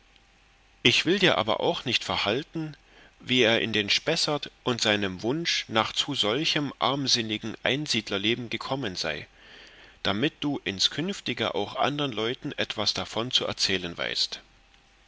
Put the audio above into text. ich will dir aber auch nicht verhalten wie er in den spessert und seinem wunsch nach zu solchem armseligen einsiedlerleben kommen sei damit du inskünftige auch andern leuten etwas davon zu erzählen weißt